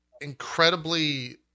incredibly